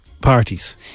parties